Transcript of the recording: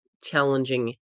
challenging